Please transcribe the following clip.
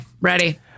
Ready